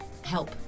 help